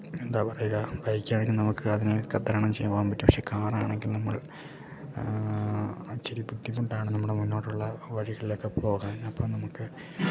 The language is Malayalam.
എന്താ പറയുക ബൈക്കാണെങ്കിൽ നമുക്ക് അതിനെയൊക്കെ തരണം ചെയ്തു പോവാമ്പറ്റും പക്ഷേ കാറാണെങ്കിൽ നമ്മൾ ഇച്ചിരി ബുദ്ധിമുട്ടാണ് നമ്മുടെ മുന്നോട്ടുള്ള വഴികളൊക്കെ പോകാൻ അപ്പം നമുക്ക്